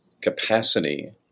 capacity